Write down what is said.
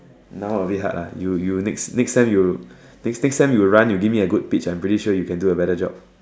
now a bit hard ah you you next next time you next next time you run you give me a good pitch I'm pretty sure you can do a better job